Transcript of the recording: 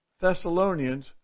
Thessalonians